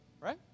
Right